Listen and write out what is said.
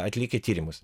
atlikę tyrimus